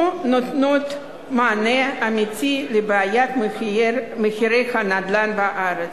נותנות מענה אמיתי לבעיית מחירי הנדל"ן בארץ.